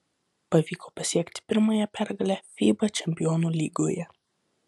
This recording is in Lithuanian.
pavyko pasiekti pirmąją pergalę fiba čempionų lygoje